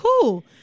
Cool